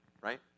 right